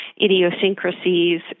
idiosyncrasies